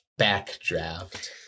Backdraft